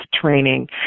training